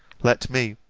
let me,